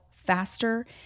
faster